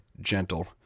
gentle